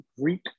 Greek